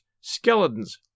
skeletons